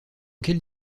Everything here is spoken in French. quelle